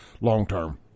long-term